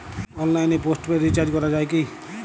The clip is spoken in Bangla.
অনলাইনে পোস্টপেড রির্চাজ করা যায় কি?